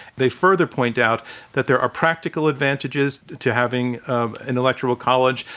they further point out that there are practical advantages to having um an electoral college,